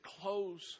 close